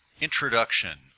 Introduction